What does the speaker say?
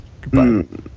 Goodbye